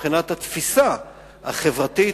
מבחינת התפיסה החברתית,